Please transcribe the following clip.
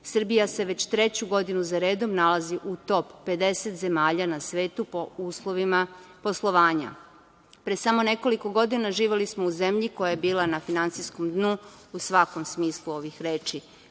Srbija se već treću godinu za redom nalazi u top 50 zemalja na svetu po uslovima poslovanja. Pre samo nekoliko godina živeli smo u zemlji koja je bila na finansijskom dnu, u svakom smislu ovih reči.